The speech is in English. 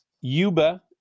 Yuba